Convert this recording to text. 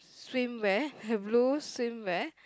swimwear a blue swimwear